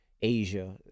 Asia